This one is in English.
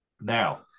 Now